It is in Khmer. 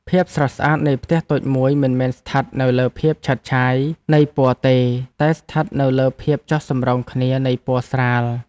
ភាពស្រស់ស្អាតនៃផ្ទះតូចមួយមិនមែនស្ថិតនៅលើភាពឆើតឆាយនៃពណ៌ទេតែស្ថិតនៅលើភាពចុះសម្រុងគ្នានៃពណ៌ស្រាល។